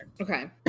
Okay